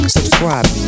Subscribe